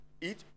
eat